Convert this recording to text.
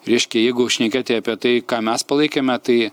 reiškia jeigu šnekėti apie tai ką mes palaikėme tai